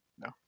no